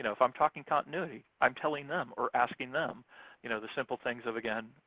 you know if i'm talking continuity, i'm telling them or asking them you know the simple things of, again,